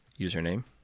username